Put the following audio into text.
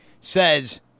says